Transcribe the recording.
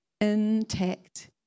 intact